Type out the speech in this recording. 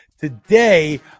today